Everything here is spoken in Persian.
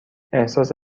احساس